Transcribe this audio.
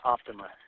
Optima